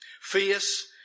Fierce